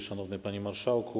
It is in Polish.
Szanowny Panie Marszałku!